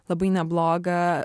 labai neblogą